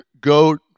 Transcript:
goat